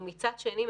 ומצד שני,